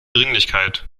dringlichkeit